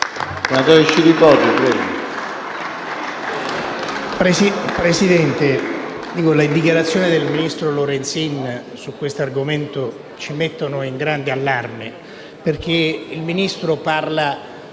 Presidente, le dichiarazioni del ministro Lorenzin su questo argomento ci mettono in grande allarme, perché parla